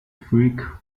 freak